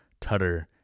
tutter